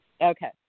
Okay